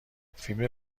فیلم